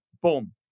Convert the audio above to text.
boom